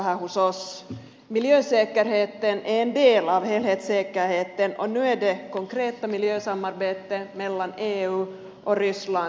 miljösäkerheten är en del av helhetssäkerheten och nu är det konkreta miljösamarbetet mellan eu och ryssland i farozonen